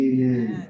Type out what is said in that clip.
Amen